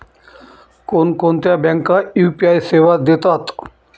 कोणकोणत्या बँका यू.पी.आय सेवा देतात?